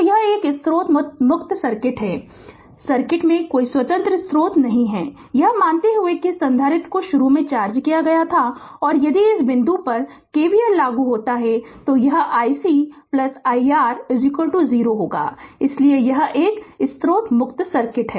तो यह एक स्रोत मुक्त सर्किट है सर्किट में कोई स्वतंत्र स्रोत नहीं है यह मानते हुए कि इस संधारित्र को शुरू में चार्ज किया गया था और यदि इस बिंदु पर KVL लागू होता है तो यह iC iR 0 होगा इसलिए यह एक स्रोत मुक्त सर्किट है